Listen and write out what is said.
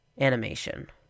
animation